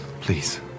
please